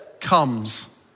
comes